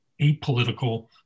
apolitical